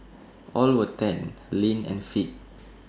all were tanned lean and fit